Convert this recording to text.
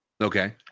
Okay